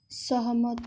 सहमत